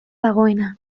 dagoena